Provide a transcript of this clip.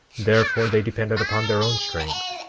therefore they depended upon their own strength.